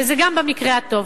וגם זה במקרה הטוב.